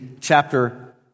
chapter